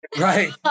right